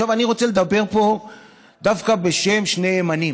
עכשיו אני רוצה לדבר פה דווקא בשם שני ימנים,